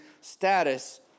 status